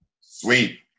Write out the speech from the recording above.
Sweet